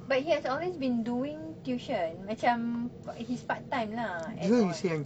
but he has always been doing tuition macam his part time lah and all